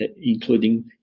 including